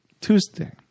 Tuesday